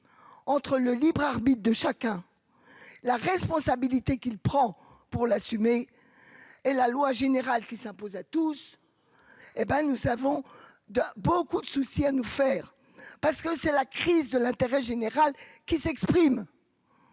entre le libre arbitre de chacun la responsabilité qu'il prend pour l'assumer et la loi générale qui s'impose à tous, hé ben nous savons de beaucoup de soucis à nous faire parce que c'est la crise de l'intérêt général qui s'exprime